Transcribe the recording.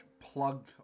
plug